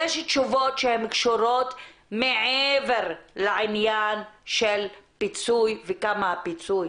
יש תשובות שהן קשורות מעבר לעניין של פיצוי וכמה הפיצוי.